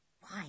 Why